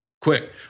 Quick